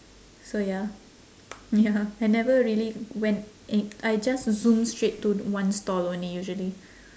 so ya ya I never really went i~ I just zoom straight to one stall only usually